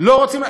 חממה, לא רוצים.